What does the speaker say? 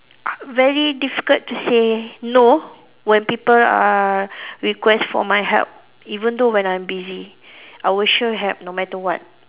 very difficult to say no when people uh request for my help even though when I'm busy I will sure help no matter what